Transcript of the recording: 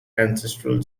ancestral